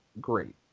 great